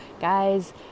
guys